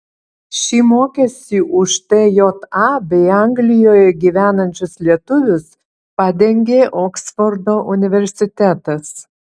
šį mokestį už tja bei anglijoje gyvenančius lietuvius padengė oksfordo universitetas